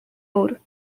ouro